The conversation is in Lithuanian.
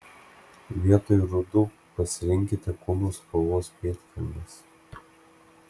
vietoj rudų pasirinkite kūno spalvos pėdkelnes